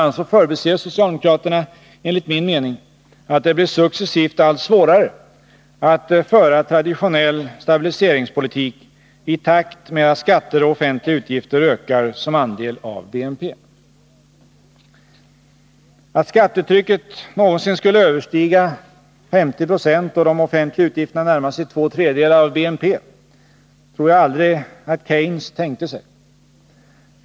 a. förbiser socialdemokraterna enligt min mening att det successivt blir allt svårare att föra traditionell stabiliseringspolitik i takt med att skatter och offentliga utgifter ökar som andel av BNP. Att skattetrycket någonsin skulle överstiga 50 20 och de offentliga utgifterna närma sig två tredjedelar av BNP tror jag aldrig att Keynes tänkte sig.